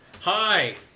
Hi